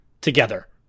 together